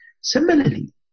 Similarly